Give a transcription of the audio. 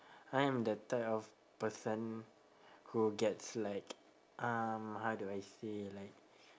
I'm the type of person who gets like um how do I say like